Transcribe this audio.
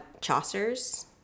Chaucer's